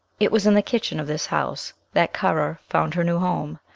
it was in the kitchen of this house that currer found her new home.